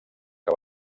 que